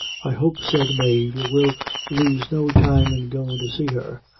i hope, said mave, you will lose no time in goin' to see her.